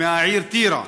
מהעיר טירה.